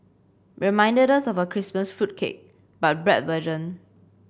reminded us of a Christmas fruit cake but bread version